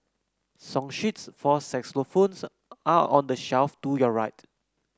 song sheets for xylophones are on the shelf to your right